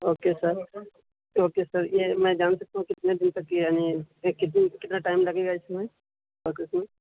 okay sir okay sir یہ میں جان سکتا ہوں کتنے دن تک یعنی یہ کتنے کتنا ٹائم لگے گا اس میں اوکے سر